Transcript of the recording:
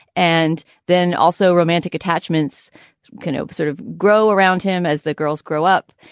and then also romantic attachments can ah sort of grow around him as the girls grow up.